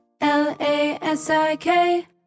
L-A-S-I-K